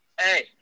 Hey